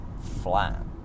flat